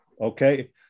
okay